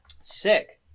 sick